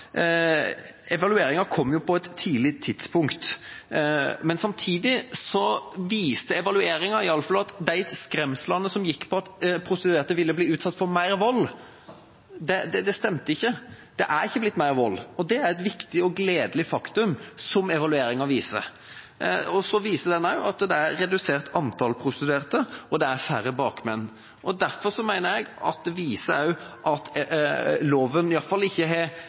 Evalueringa kom på et tidlig tidspunkt. Men samtidig viste evalueringa iallfall at de skremslene som gikk på at prostituerte ville bli utsatt for mer vold, ikke stemte. Det er ikke blitt mer vold. Det er et viktig og gledelig faktum, som evalueringa viser. Så viser den også at antallet prostituerte er redusert, og det er færre bakmenn. Derfor mener jeg at dette viser at loven iallfall ikke har